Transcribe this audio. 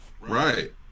Right